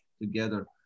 together